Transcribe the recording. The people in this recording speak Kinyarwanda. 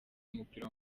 w’umupira